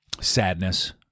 sadness